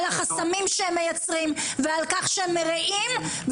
על החסמים שהם מייצרים ועל כך שהם לא מאפשרים